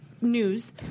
news